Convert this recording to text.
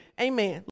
Amen